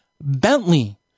Bentley